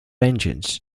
engines